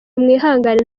mwihangane